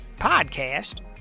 podcast